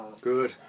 Good